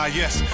yes